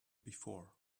before